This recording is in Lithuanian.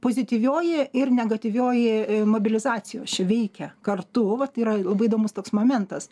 pozityvioji ir negatyvioji mobilizacijos čia veikia kartu vat yra labai įdomus toks momentas